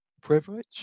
privilege